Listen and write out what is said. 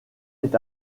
est